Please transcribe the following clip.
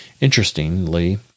Interestingly